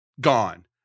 gone